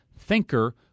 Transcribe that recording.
thinker